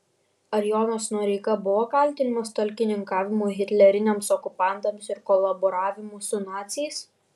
ar jonas noreika buvo kaltinamas talkininkavimu hitleriniams okupantams ir kolaboravimu su naciais